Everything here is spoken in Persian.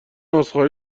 عذرخواهی